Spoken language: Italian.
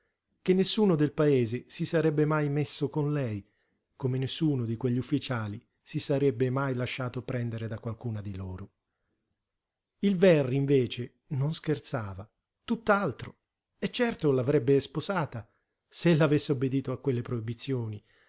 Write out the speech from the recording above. che nessuno del paese si sarebbe mai messo con lei come nessuno di quegli ufficiali si sarebbe mai lasciato prendere da qualcuna di loro il verri invece non scherzava tutt'altro e certo l'avrebbe sposata se ella avesse obbedito a quelle proibizioni